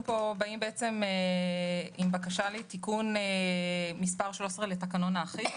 אנחנו באים פה עם בקשה לתיקון מס' 13 לתקנון האחיד.